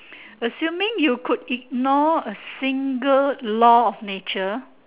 assuming you could ignore a single law of nature